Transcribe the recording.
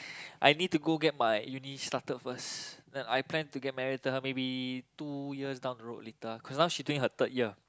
I need to go get my uni started first then I plan to get married to her maybe two years down the road later cause now she doing her third year